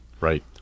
Right